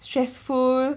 stressful